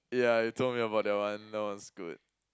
yeah you told me about that one that was good